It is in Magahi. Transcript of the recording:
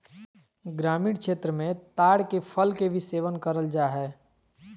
ग्रामीण क्षेत्र मे ताड़ के फल के भी सेवन करल जा हय